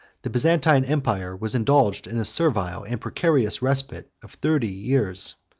the byzantine empire was indulged in a servile and precarious respite of thirty years.